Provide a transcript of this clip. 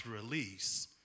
release